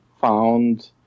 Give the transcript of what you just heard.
Found